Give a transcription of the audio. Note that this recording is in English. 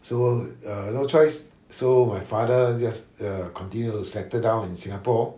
so err no choice so my father just err continued to settle down in singapore